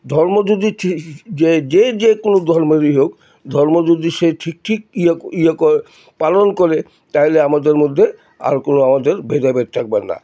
ধর্ম যদি ঠিক যে যে যে কোনো ধর্মেরই হোক ধর্ম যদি সে ঠিক ঠিক ইয়ে ইয়ে করে পালন করে তাহলে আমাদের মধ্যে আর কোনো আমাদের ভেদাভেদ থাকবে না